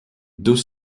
deux